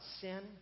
sin